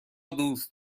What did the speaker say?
دوست